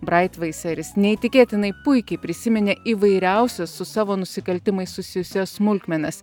braitvaiseris neįtikėtinai puikiai prisiminė įvairiausias su savo nusikaltimais susijusias smulkmenas